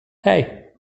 hey